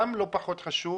גם לא פחות חשוב,